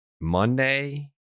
Monday